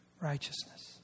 righteousness